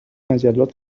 مجلات